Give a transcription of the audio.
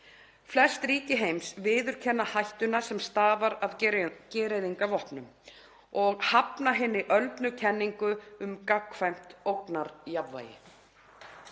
Flest ríki heims viðurkenna hættuna sem stafar af gereyðingarvopnum og hafna hinni öldnu kenningu um gagnkvæmt ógnarjafnvægi.